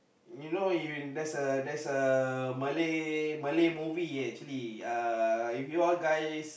you know you there's a there's a Malay Malay movie uh actually uh if you all guys